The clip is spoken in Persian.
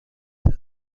صدا